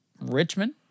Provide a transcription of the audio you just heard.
Richmond